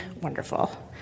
wonderful